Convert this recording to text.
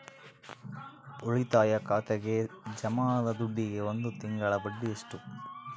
ಉಳಿತಾಯ ಖಾತೆಗೆ ಜಮಾ ಆದ ದುಡ್ಡಿಗೆ ಒಂದು ತಿಂಗಳ ಬಡ್ಡಿ ಎಷ್ಟು?